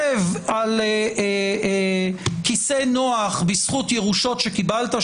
שב על כיסא נוח בזכות ירושות שקיבלת,